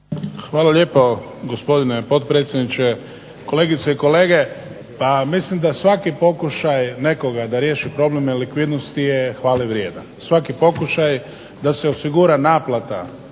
Hvala lijepo, gospodine potpredsjedniče. Kolegice i kolege. Pa mislim da svaki pokušaj nekoga da riješi problem nelikvidnosti je hvalevrijedan, svaki pokušaj da se osigura naplata